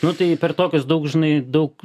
nu tai per tokias daug žinai daug